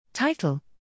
Title